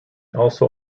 also